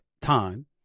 time